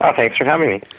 ah thanks for having me.